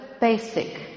basic